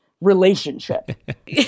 relationship